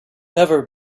never